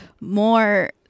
more